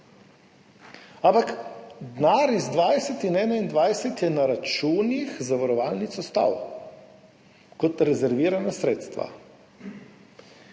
Ampak denar iz 2020 in 2021 je na računih zavarovalnic ostal kot rezervirana sredstva